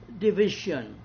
division